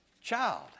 child